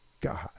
God